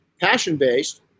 passion-based